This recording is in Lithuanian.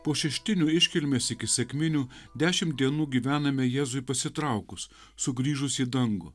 po šeštinių iškilmės iki sekminių dešimt dienų gyvename jėzui pasitraukus sugrįžus į dangų